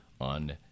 on